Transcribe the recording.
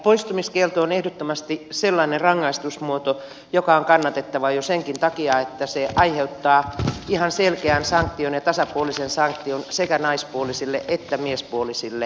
poistumiskielto on ehdottomasti sellainen rangaistusmuoto joka on kannatettava jo senkin takia että se aiheuttaa ihan selkeän sanktion ja tasapuolisen sanktion sekä naispuolisille että miespuolisille asevelvollisille